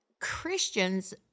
Christians